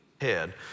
head